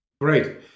Great